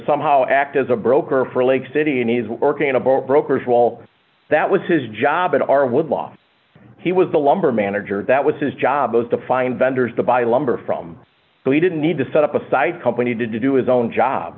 somehow act as a broker for lake city and he's working on a boat broker's role that was his job and are with law he was the lumber manager that was his job was to find vendors to buy lumber from so he didn't need to set up a site company to do his own job